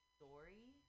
Story